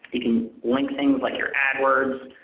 you can link things like your adwords.